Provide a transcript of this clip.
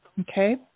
okay